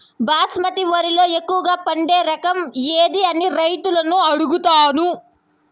బాస్మతి వరిలో ఎక్కువగా పండే రకం ఏది అని రైతులను అడుగుతాను?